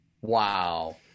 Wow